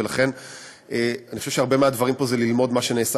ולכן אני חושב שהרבה מהדברים פה זה ללמוד מה שנעשה